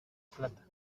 plata